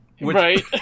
Right